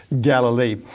Galilee